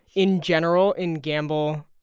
in general, in gambell,